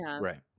Right